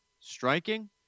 Striking